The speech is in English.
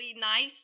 nice